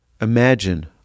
Imagine